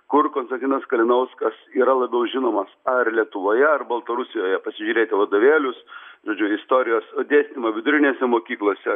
kur konstantinas kalinauskas yra labiau žinomas ar lietuvoje ar baltarusijoje pažiūrėti vadovėlius žodžiu istorijos dėstymą vidurinėse mokyklose